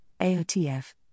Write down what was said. AOTF